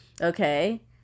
okay